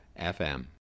FM